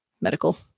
medical